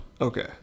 okay